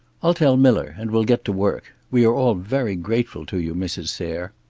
i'll tell miller, and we'll get to work. we are all very grateful to you, mrs. sayre